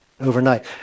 overnight